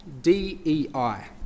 D-E-I